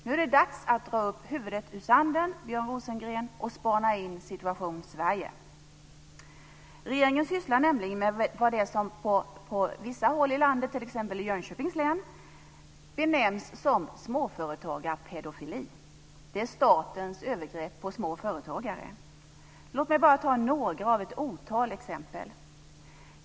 Nu är det dags att dra upp huvudet ur sanden, Björn Rosengren, och spana in Regeringen sysslar nämligen med vad som på vissa håll i landet, t.ex. i Jönköpings län, benämns som småförtagarpedofili. Det är statens övergrepp på småföretagare. Låt mig bara ta några av ett otal exempel.